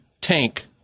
tank